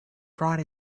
brought